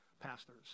pastors